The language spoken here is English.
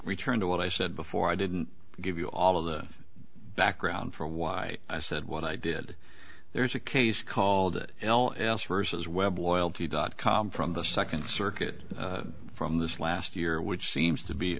return to what i said before i didn't give you all of the background for why i said what i did there is a case called it l s versus web loyalty dot com from the second circuit from this last year which seems to be